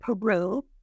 Peru